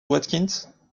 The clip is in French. watkins